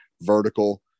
vertical